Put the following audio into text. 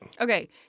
Okay